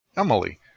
Emily